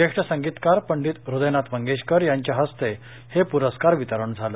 ज्येष्ठ संगीतकार पंडित हृदयनाथ मंगेशकर यांच्या हस्ते हे पुरस्कार वितरण झालं